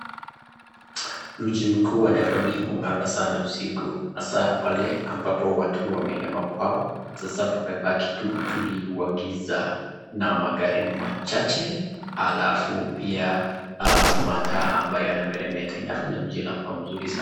Mji mkuu wa nairobi hung'ara sana usiku. Hasaa pale ambapo watu wameenda makwao, sasa pamebaki tu utulivu wa giza na magari machache alafu pia mataa ambayo yanameremeta inafanya mji inakua mzuri sana.